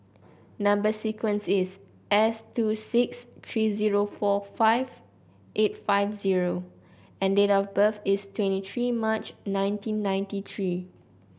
number sequence is S two six three zero four five eight five zero and date of birth is twenty three March nineteen ninety three